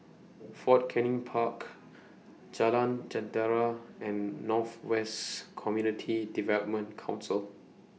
Fort Canning Park Jalan Jentera and North West Community Development Council